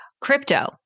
Crypto